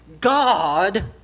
God